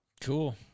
Cool